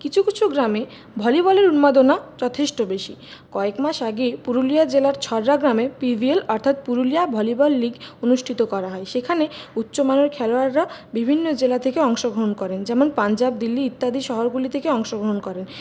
কিছু কিছু গ্রামে ভলিবলের উন্মাদনা যথেষ্ট বেশি কয়েক মাস আগেই পুরুলিয়া জেলার ছরহা গ্রামে পিভিএল অর্থাৎ পুরুলিয়া ভলিবল লিগ অনুষ্ঠিত করা হয় সেখানে উচ্চ মানের খেলোয়াড়রা বিভিন্ন জেলা থেকে অংশগ্রহণ করেন যেমন পঞ্জাব দিল্লী ইত্যাদি শহরগুলি থেকে অংশগ্রহণ করেন